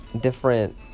different